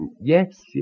yes